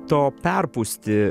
to perpūsti